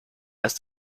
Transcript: ist